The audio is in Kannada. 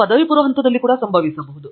ಇದು ಪದವಿಪೂರ್ವ ಹಂತದಲ್ಲಿ ಕೂಡಾ ಸಂಭವಿಸಬಹುದು